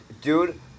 Dude